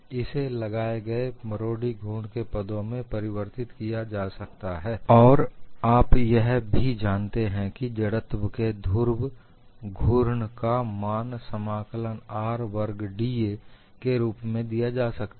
इसे लगाए गए मरोड़ी घूर्ण के पदों से परिवर्तित किया जा सकता है और आप यह भी जानते हैं कि जड़त्व के ध्रुव घूर्ण का मान समाकलन r वर्ग dA के रूप में दिया जा सकता है